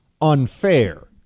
unfair